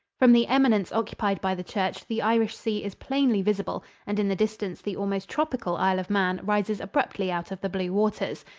from the eminence occupied by the church the irish sea is plainly visible, and in the distance the almost tropical isle of man rises abruptly out of the blue waters.